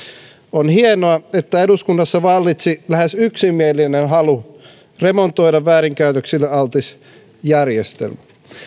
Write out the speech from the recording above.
on hienoa että eduskunnassa vallitsi lähes yksimielinen halu remontoida väärinkäytöksille altis järjestelmä